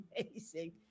amazing